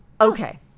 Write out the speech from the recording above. Okay